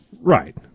Right